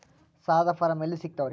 ಸಾಲದ ಫಾರಂ ಎಲ್ಲಿ ಸಿಕ್ತಾವ್ರಿ?